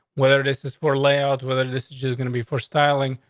whether this is for lay out whether this is just gonna be for styling.